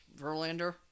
Verlander